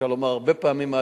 אפשר לומר הרבה פעמים,